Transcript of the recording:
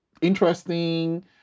interesting